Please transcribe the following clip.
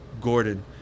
Gordon